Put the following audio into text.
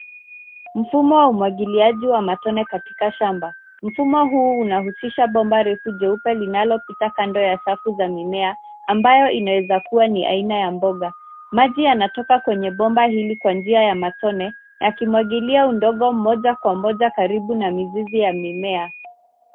Mfumo wa umwagiliaji wa matone katika shamba. Mfumo huu unahusisha bomba refu jeupe linalopita kando ya safu za mimea, ambayo inaeza kuwa ni aina ya mboga. Maji yanatoka kwenye bomba hili kwa njia ya matone, yakimwagilia udongo moja kwa moja karibu na mizizi ya mimea.